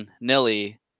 Nilly